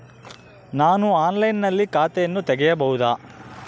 ನಾನು ಆನ್ಲೈನಿನಲ್ಲಿ ಖಾತೆಯನ್ನ ತೆಗೆಯಬಹುದಾ?